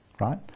right